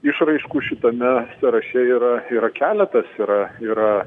išraiškų šitame sąraše yra yra keletas yra yra